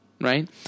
right